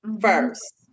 first